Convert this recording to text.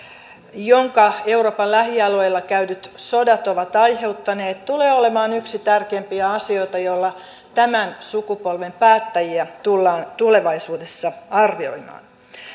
jonka euroopan lähialueilla käydyt sodat ovat aiheuttaneet tulee olemaan yksi tärkeimpiä asioita joilla tämän sukupolven päättäjiä tullaan tulevaisuudessa arvioimaan